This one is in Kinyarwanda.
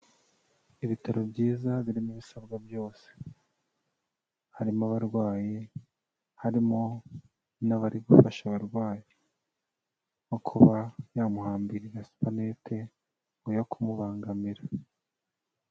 Ibitaro byiza birimo ibisabwa byose, harimo abarwayi, harimo n'abari gufasha abarwayi, nko kuba yamuhambirira supanete, ngo ye kumubangamira.